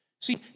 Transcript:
See